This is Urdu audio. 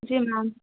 جی میم